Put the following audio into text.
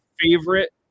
favorite